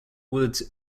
woods